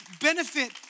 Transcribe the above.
benefit